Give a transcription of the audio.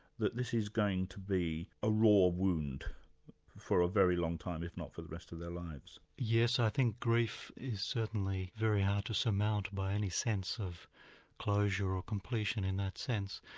that this is going to be a raw wound for a very long time, if not for the rest of their lives? yes, i think grief is certainly very hard to surmount by any sense of closure or completion in that sense.